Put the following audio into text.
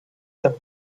tam